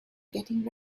getting